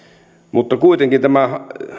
mutta kuitenkin